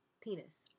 penis